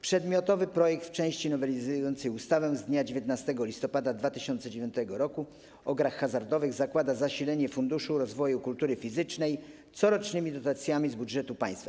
Przedmiotowy projekt w części nowelizującej ustawę z dnia 19 listopada 2009 r. o grach hazardowych zakłada zasilenie Funduszu Rozwoju Kultury Fizycznej corocznymi dotacjami z budżetu państwa.